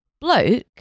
bloke